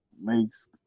makes